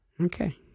Okay